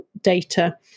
data